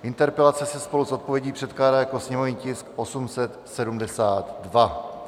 Interpelace se spolu s odpovědí předkládá jako sněmovní tisk 872.